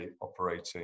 operating